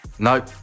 Nope